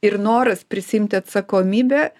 ir noras prisiimti atsakomybę